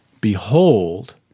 Behold